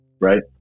right